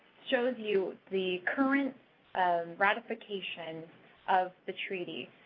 shows you the current ratification of the treaty.